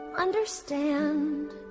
understand